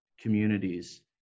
communities